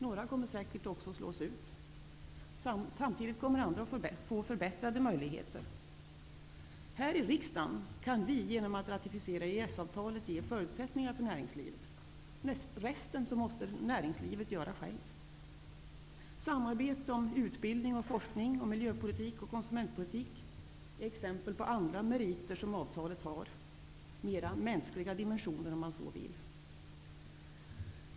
Några kommer säkert också att slås ut. Samtidigt kommer andra att få förbättrade möjligheter. Här i riksdagen kan vi genom att för Sveriges räkning ratificera EES-avtalet ge förutsättningar för näringslivet. Resten måste näringslivet göra självt. Samarbete om utbildning och forskning, om miljöpolitik och konsumentpolitik är exempel på andra ''meriter'' som avtalet har -- mera mänskliga dimensioner, om man så vill.